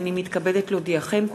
הנני מתכבדת להודיעכם,